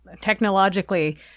technologically